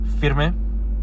Firme